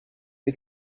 you